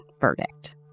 verdict